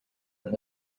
and